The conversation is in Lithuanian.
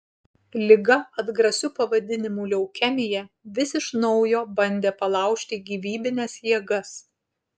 liga atgrasiu pavadinimu leukemija vis iš naujo bandė palaužti gyvybines jėgas